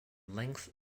length